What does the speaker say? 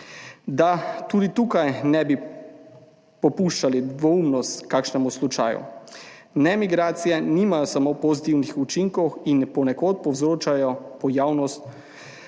Da tudi tukaj ne bi popuščali dvoumnost kakšnemu slučaju. Ne, migracije nimajo samo pozitivnih učinkov in ponekod povzročajo pojavnost